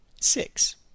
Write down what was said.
six